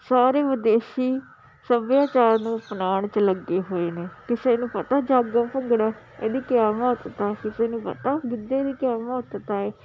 ਸਾਰੇ ਵਿਦੇਸ਼ੀ ਸੱਭਿਆਚਾਰ ਨੂੰ ਅਪਣਾਉਣ 'ਚ ਲੱਗੇ ਹੋਏ ਨੇ ਕਿਸੇ ਨੂੰ ਪਤਾ ਜਾਗੋ ਭੰਗੜਾ ਇਹਦੀ ਕਿਆ ਮਹੱਤਤਾ ਕਿਸੇ ਨੂੰ ਪਤਾ ਗਿੱਧੇ ਦੀ ਕਿਆ ਮਹੱਤਤਾ ਹੈ